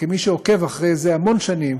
כמי שעוקב אחרי זה המון שנים,